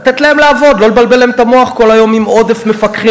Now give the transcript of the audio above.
לתת להם לעבוד ולא לבלבל להם את המוח כל היום עם עודף מפקחים.